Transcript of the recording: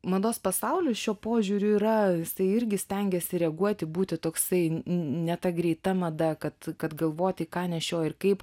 mados pasaulis šiuo požiūriu yra jisai irgi stengiasi reaguoti būti toksai ne ta greita mada kad kad galvoti ką nešioji ir kaip